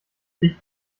dich